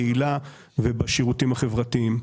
ואנחנו נמצאים שם בהרבה מאוד תחומים בקהילה ובשירותים החברתיים.